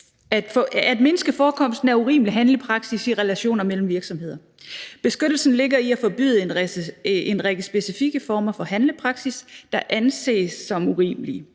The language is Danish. at mindske forekomsten af urimelig handelspraksis i relationer mellem virksomheder. Beskyttelsen ligger i at forbyde en række specifikke former for handelspraksis, der anses som urimelige.